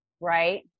Right